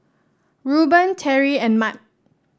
Rueben Teri and Mat